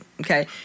Okay